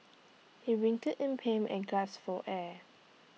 he writhed in pain and gasp for air